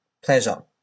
pleasure